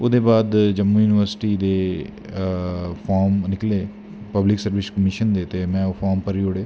ओह्दै बाद जम्मू युनिवर्सिटी दे फार्म निकले पव्लिक सर्विस कमीशन दे ते में फा्रम भरी ओड़ेआ